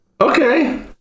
okay